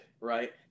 right